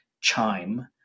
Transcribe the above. Chime